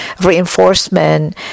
reinforcement